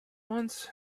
once